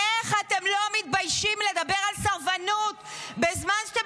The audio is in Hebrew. איך אתם לא מתביישים לדבר על סרבנות בזמן שאתם